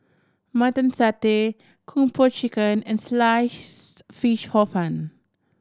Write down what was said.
Mutton Satay Kung Po Chicken and Sliced Fish Hor Fun